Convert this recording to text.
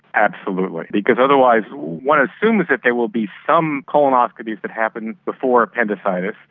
absolutely, because otherwise, one assumes that there will be some colonoscopies that happen before appendicitis,